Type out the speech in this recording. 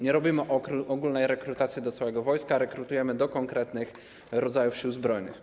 Nie robimy ogólnej rekrutacji do całego wojska, rekrutujemy do konkretnych rodzajów Sił Zbrojnych.